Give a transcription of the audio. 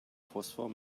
phosphor